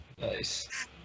Nice